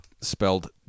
spelled